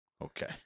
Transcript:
Okay